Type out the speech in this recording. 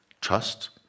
trust